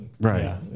right